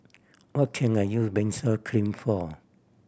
what can I use Benzac Cream for